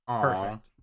Perfect